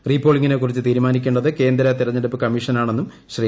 റീപോളിംഗിനെക്കുറിച്ച് തീരുമാനിക്കേണ്ടത് കേന്ദ്ര തെരഞ്ഞെടുപ്പ് കമ്മീഷനാണെന്നും ശ്രീ